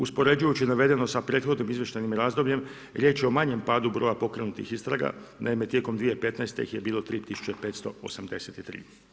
Uspoređujuću navedeno sa prethodnim izvještajnim razdobljem, riječ je o manjem padu broja pokrenutih istrga, naime, tijekom 2015. ih je bilo 3583.